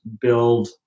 build